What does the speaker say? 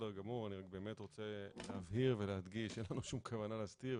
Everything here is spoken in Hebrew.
אני באמת רוצה להבהיר ולהדגיש שאין לנו שום כוונה להסתיר.